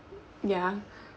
ya